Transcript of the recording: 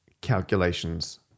calculations